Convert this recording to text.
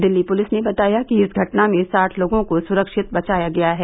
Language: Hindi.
दिल्ली पुलिस ने बताया कि इस घटना में साढ लोगों को सुरक्षित बचाया गया है